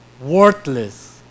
worthless